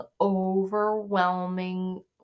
overwhelming